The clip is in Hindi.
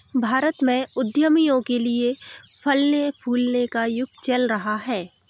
भारत में उद्यमियों के लिए फलने फूलने का युग चल रहा है